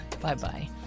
Bye-bye